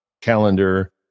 calendar